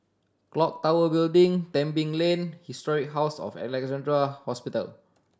Clock Tower Building Tebing Lane Historic House of Alexandra Hospital